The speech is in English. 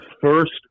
first